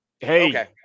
Hey